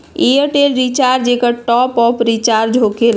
Airtel recharge एकर top off recharge होकेला?